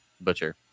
Butcher